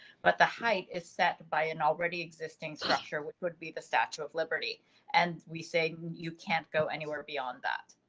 but the height is set by an already existing structure, which would be the statue of liberty and we say you can't go anywhere beyond beyond that.